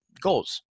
goals